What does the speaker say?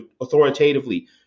authoritatively